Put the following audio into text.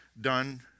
done